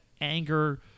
anger